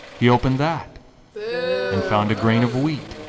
he opened that and found a grain of wheat,